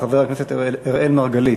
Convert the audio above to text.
חבר הכנסת אראל מרגלית.